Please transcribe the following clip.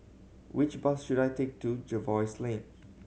which bus should I take to Jervois Lane